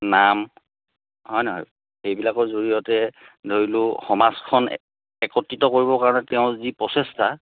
নাম হয় নহয় এইবিলাকৰ জৰিয়তে ধৰিলোঁ সমাজখন একত্ৰিত কৰিবৰ কাৰণে তেওঁৰ যি প্ৰচেষ্টা